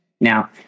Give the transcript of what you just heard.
Now